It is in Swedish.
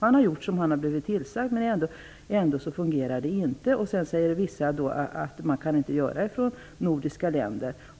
Han har gjort som han har blivit tillsagd och ändå fungerar det inte. Vissa säger att man inte kan ansöka från nordiska länder.